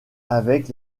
avec